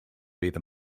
either